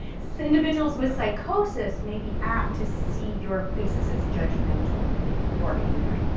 individuals with psychosis may be apt to see your faces as judgmental or angry.